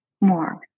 more